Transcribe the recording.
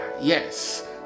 yes